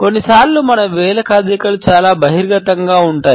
కొన్నిసార్లు మన వేలు కదలికలు చాలా బహిర్గతంగా ఉంటాయి